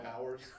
hours